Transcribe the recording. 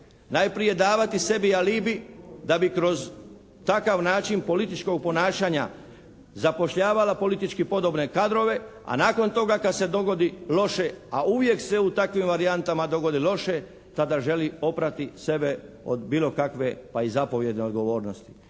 najprije davati sebi alibi da bi kroz takav način političkog ponašanja zapošljavala politički podobne kadrove a nakon toga kad se dogodi loše, a uvijek se u takvim varijantama dogodi loše, tada želi oprati sebe od bilo kakve pa i zapovjedne odgovornosti.